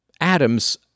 atoms